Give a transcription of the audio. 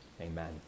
Amen